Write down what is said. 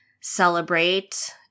celebrate